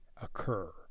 occur